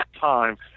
time